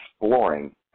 exploring